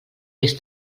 vés